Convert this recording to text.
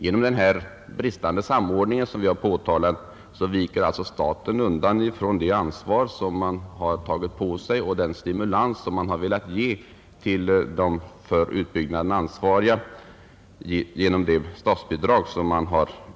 Genom den bristande samordning som vi har påtalat viker staten undan från det ansvar som den har tagit på sig och försummar den stimulans som den har velat ge till de för utbyggnaden ansvariga genom det utlovade statsbidraget.